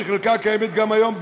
שחלקה קיימת גם היום,